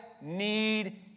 need